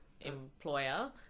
employer